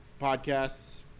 podcasts